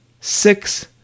six